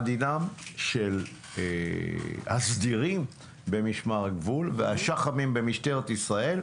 מה דינם של הסדירים במשמר הגבול והשח"מים במשטרת ישראל?